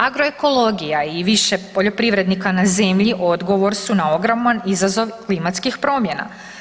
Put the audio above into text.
Agroekologija i više poljoprivrednika na zemlji odgovor su na ogroman izazov klimatskih promjena.